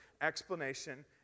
explanation